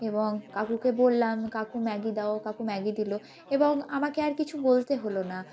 এবং কাকুকে বললাম কাকু ম্যাগি দাও কাকু ম্যাগি দিলো এবং আমাকে আর কিছু বলতে হলো না